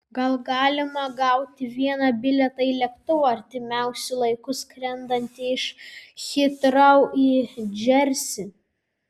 gal galima gauti vieną bilietą į lėktuvą artimiausiu laiku skrendantį iš hitrou į džersį